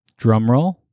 drumroll